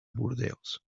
burdeos